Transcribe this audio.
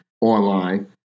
Online